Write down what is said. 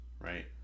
right